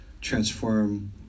transform